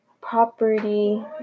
property